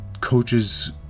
coaches